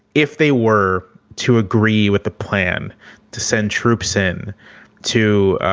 if they were to agree with the plan to send troops in to,